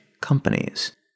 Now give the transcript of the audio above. companies